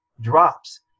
drops